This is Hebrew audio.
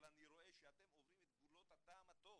אבל אני רואה שאתם עוברים את גבולות הטעם הטוב.